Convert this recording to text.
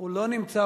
והוא לא נמצא.